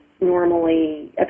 normally